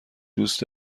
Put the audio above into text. دوست